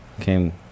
came